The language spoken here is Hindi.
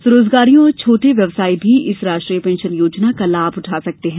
स्वरोजगारियों और छोटे व्यवसायी भी इस राष्ट्रीय पेंशन योजना का लाभ उठा सकते हैं